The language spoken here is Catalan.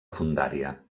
fondària